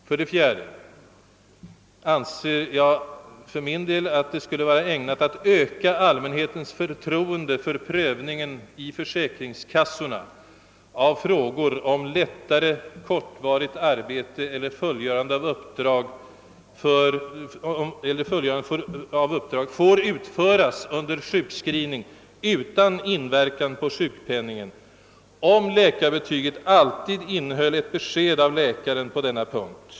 4) Det vore, anser jag, ägnat att öka allmänhetens förtroende för prövningen i försäkringskassorna av frågor, huruvida lättare, kortvarigt arbete eller fullgörande av uppdrag får utföras under sjukskrivning utan inverkan på sjukpenningen, om läkarintyget alltid innehöll ett besked av läkaren på denna punkt.